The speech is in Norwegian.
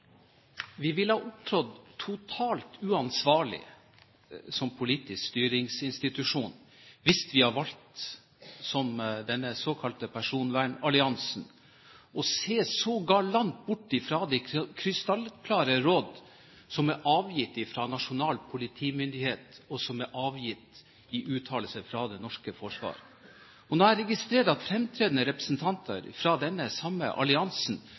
vi ville ha opptrådt totalt uansvarlig som politisk styringsinstitusjon hvis vi hadde valgt, som denne såkalte personvernalliansen, å se så galant bort fra de krystallklare råd som er avgitt fra nasjonal politimyndighet, og som er avgitt i uttalelser fra det norske forsvar. Når jeg registrerer at fremtredende representanter fra denne samme alliansen